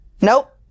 Nope